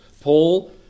Paul